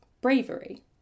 bravery